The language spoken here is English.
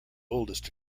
oldest